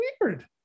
weird